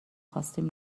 خواستیم